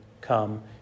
come